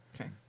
okay